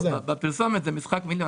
בפרסומת זה משחק מילים.